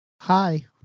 Hi